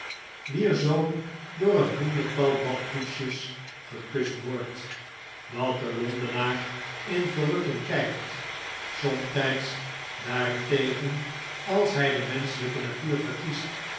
wier zoom door een honderdtal badkoetsjes gekust wordt dat de londenaar in verrukking kijkt somtijds daarentegen als hij de menschelijke natuur verkiest